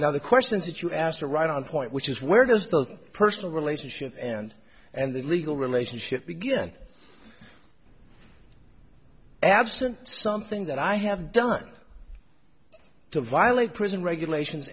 now the questions that you asked are right on point which is where does the personal relationship and and the legal relationship begin absent something that i have done to violate prison regulations